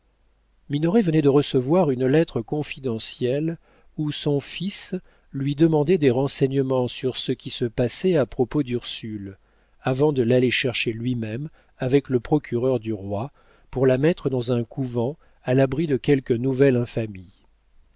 minoret venait de recevoir une lettre confidentielle où son fils lui demandait des renseignements sur ce qui se passait à propos d'ursule avant de l'aller chercher lui-même avec le procureur du roi pour la mettre dans un couvent à l'abri de quelque nouvelle infamie